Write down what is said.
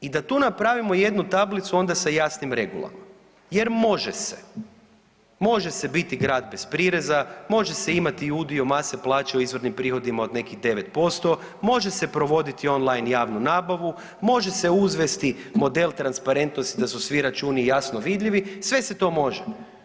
I da tu napravimo jednu tablicu onda sa jasnim regulama jer može se, može se biti grad bez prireza, može se imati i udio mase plaća u izvornim prihodima od nekih 9%, može se provoditi on line javnu nabavu, može se uzvesti model transparentnosti da su svi računi jasno vidljivi, sve se to može.